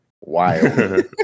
Wild